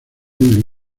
del